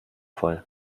voll